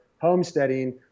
homesteading